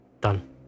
done